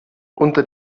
unter